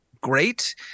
great